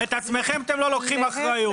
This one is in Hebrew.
על עצמכם אתם לא לוקחים אחריות.